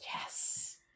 yes